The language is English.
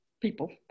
people